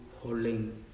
holding